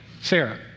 Sarah